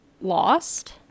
lost